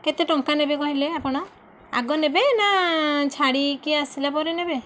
କେତେ ଟଙ୍କା ନେବେ କହିଲେ ଆପଣ ଆଗ ନେବେ ନା ଛାଡ଼ିକି ଆସିଲା ପରେ ନେବେ